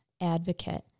advocate